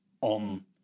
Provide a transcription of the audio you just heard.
on